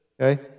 okay